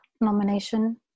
Nomination